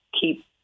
keep